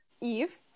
Eve